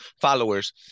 followers